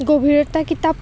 গভীৰতা কিতাপ